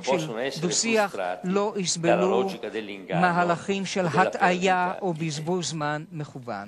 לא יסבלו מהלכים של הטעיה או בזבוז זמן מכוון.